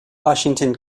washington